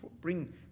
bring